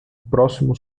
próximo